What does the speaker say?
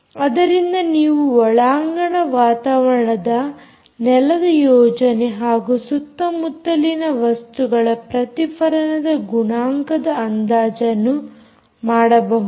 ಅದರಿಂದ ನೀವು ಒಳಾಂಗಣ ವಾತಾವರಣದ ನೆಲದ ಯೋಜನೆ ಹಾಗೂ ಸುತ್ತಮುತ್ತಲಿನ ವಸ್ತುಗಳ ಪ್ರತಿಫಲನದ ಗುಣಾಂಕದ ಅಂದಾಜನ್ನು ಮಾಡಬಹುದು